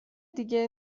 دیگه